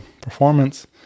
performance